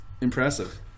impressive